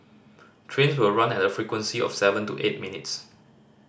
trains will run at a frequency of seven to eight minutes